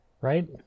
Right